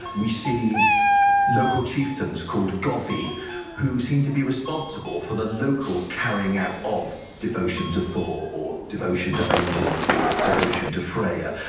we see local chieftains called gothi who seemed to be responsible for the local carrying out of devotion to thor or devotion to odin or devotion to freyja.